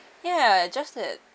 ya just that